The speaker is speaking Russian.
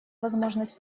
возможность